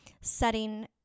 setting